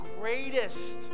greatest